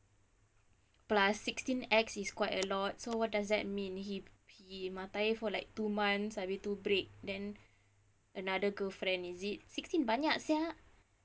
plus sixteen ex is quite a lot so what does that mean he he matair for like two months habis tu break then another girlfriend is it sixteen banyak sia